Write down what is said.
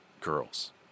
girls